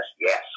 yes